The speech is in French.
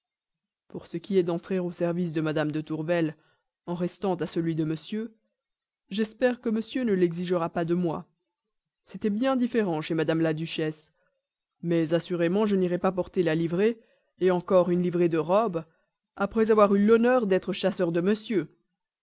pour ce qui est d'entrer au service de mme de tourvel en restant à celui de monsieur j'espère que monsieur ne l'exigera pas de moi c'était bien différent chez mme la duchesse mais assurément je n'irai pas porter la livrée encore une livrée de robe après avoir eu l'honneur d'être chasseur de monsieur